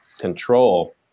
control